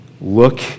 look